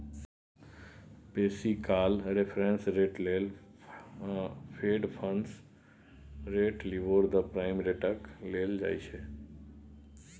बेसी काल reference rate लेल fed fund rates, LIBOR, the prime रेटकेँ लेल जाइ छै